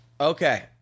Okay